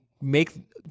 make